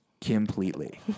Completely